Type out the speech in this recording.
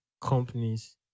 companies